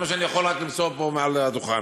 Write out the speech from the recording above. זה מה שאני יכול למסור פה מעל הדוכן.